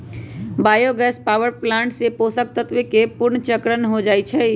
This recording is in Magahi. बायो गैस पावर प्लांट से पोषक तत्वके पुनर्चक्रण हो जाइ छइ